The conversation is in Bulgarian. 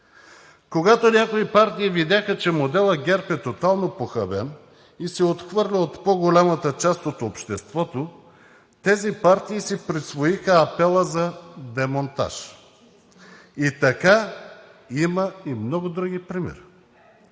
Когато някои партии видяха, че моделът ГЕРБ е тотално похабен и се отхвърля от по-голямата част от обществото, тези партии си присвоиха апела за демонтаж. Така има и много други примери